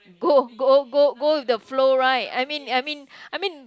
go go go go with the flow right I mean I mean I mean